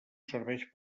serveix